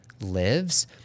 lives